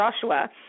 Joshua